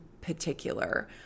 particular